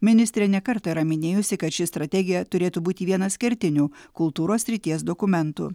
ministrė ne kartą yra minėjusi kad ši strategija turėtų būti vienas kertinių kultūros srities dokumentų